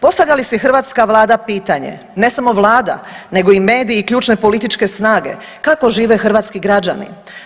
Postavlja li si hrvatska vlada pitanje, ne samo vlada nego i mediji i ključne politične snage, kako žive hrvatski građani.